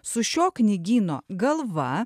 su šio knygyno galva